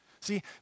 See